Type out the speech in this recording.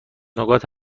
نقاط